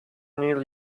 neil